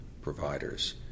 providers